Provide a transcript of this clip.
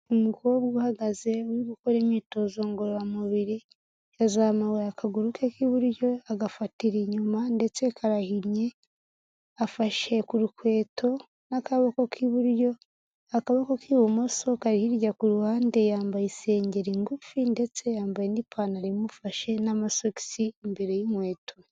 Umukobwa uhagaze uri gukora imyitozo ngororamubiri, yazamuweye akaguru ke k'iburyo agafatira inyuma ndetse karahinnye, afashe ku rukweto n'akaboko k'iburyo akaboko k'ibumoso kari hirya ku ruhande, yambaye isengeri ngufi ndetse yambaye n'ipantaro imufashe n'amasogisi imbere y'inkweto.